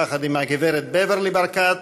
יחד עם הגברת בברלי ברקת,